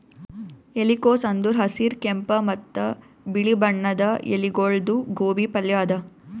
ಎಲಿಕೋಸ್ ಅಂದುರ್ ಹಸಿರ್, ಕೆಂಪ ಮತ್ತ ಬಿಳಿ ಬಣ್ಣದ ಎಲಿಗೊಳ್ದು ಗೋಬಿ ಪಲ್ಯ ಅದಾ